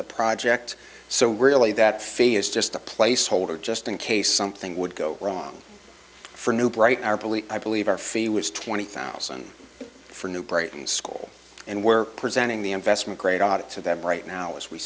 the project so really that fee is just a placeholder just in case something would go wrong for new brighton our police i believe our fee was twenty thousand for new brighton school and we're presenting the investment grade audit to that right now as we